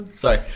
Sorry